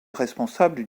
responsable